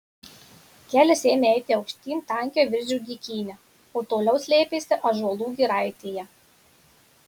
kelias ėmė eiti aukštyn tankia viržių dykyne o toliau slėpėsi ąžuolų giraitėje